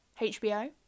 HBO